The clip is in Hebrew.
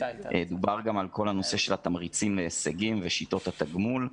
דובר גם על כל הנושא של התמריצים להישגים ושיטות התגמול,